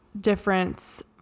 difference